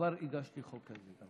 בעבר הגשתי חוק כזה.